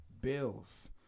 Bills